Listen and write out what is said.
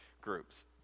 groups